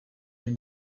muri